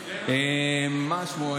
מה שמו,